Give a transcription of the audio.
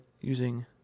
using